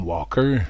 Walker